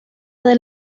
del